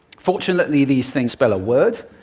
fortunately, these things spell a word.